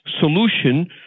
solution